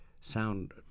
sound